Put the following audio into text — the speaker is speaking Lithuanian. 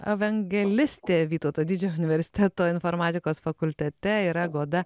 evangelistė vytauto didžiojo universiteto informatikos fakultete yra goda